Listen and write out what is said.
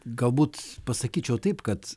galbūt pasakyčiau taip kad